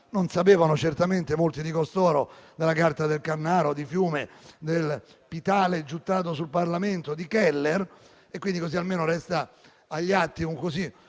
Non sapevano certamente molti di costoro della Carta del Carnaro, di Fiume, del pitale gettato sul Parlamento o di Keller; così almeno resta agli atti un ricordo